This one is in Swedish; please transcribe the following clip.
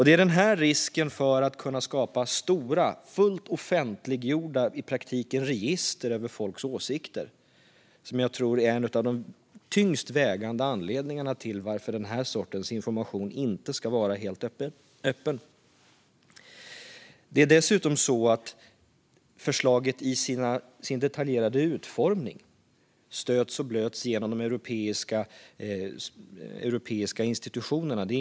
Det är risken för att kunna skapa stora och i praktiken fullt offentliggjorda register över folks åsikter som jag tror är en av de tyngst vägande anledningarna till att den här sortens information inte ska vara helt öppen. Det är dessutom så att förslaget i sin detaljerade utformning stöts och blöts genom de europeiska institutionerna.